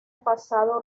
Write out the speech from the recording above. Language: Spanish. pasado